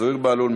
זוהיר בהלול,